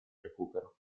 recupero